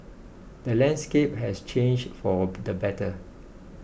the landscape has changed for the better